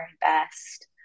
best